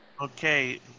Okay